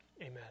Amen